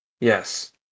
Yes